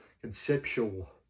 conceptual